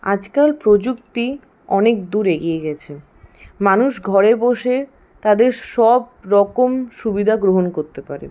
আজকাল প্রযুক্তি অনেক দূর এগিয়ে গেছে মানুষ ঘরে বসে তাদের সব রকম সুবিধা গ্রহণ করতে পারে